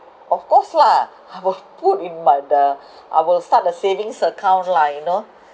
of course lah was put in my the I will start a savings account lah you know